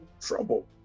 trouble